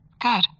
good